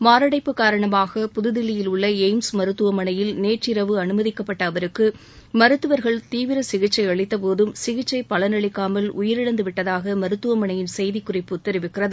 மாரடைப்பு காரணமாக புதுதில்லியில் உள்ள அனுமதிக்கப்பட்ட அவருக்கு மருத்துவர்கள் தீவிர சிகிச்சை அளித்தபோதும் சிகிச்சை பலனளிக்காமல் உயிரிழந்து விட்டதாக மருத்துவமனையின் செய்திக்குறிப்பு தெரிவிக்கிறது